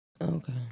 Okay